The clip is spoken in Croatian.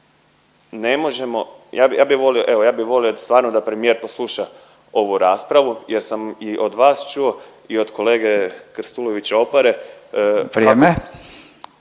ne možemo, evo ja bih volio stvarno da premijer posluša ovu raspravu jer sam i od vas čuo i od kolege Krstulovića Opare Upadica